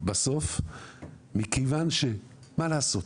בסוף מכיוון שמה לעשות,